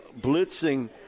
blitzing